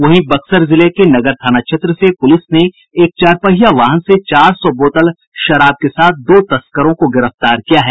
वहीं बक्सर जिले के नगर थाना क्षेत्र से पुलिस ने एक चार पहिया वाहन से चार सौ बोतल शराब के साथ दो तस्करों को गिरफ्तार किया है